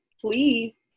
Please